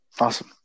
Awesome